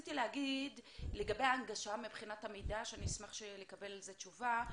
לגבי הנגשה, מבחינת המידע, נשמח לקבל תשובה.